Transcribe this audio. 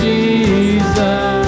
Jesus